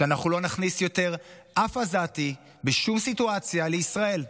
שאנחנו לא נכניס יותר אף עזתי בשום סיטואציה לישראל,